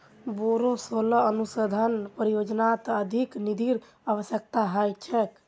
बोरो सोलर अनुसंधान परियोजनात अधिक निधिर अवश्यकता ह छेक